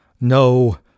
no